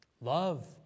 Love